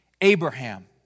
Abraham